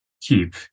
keep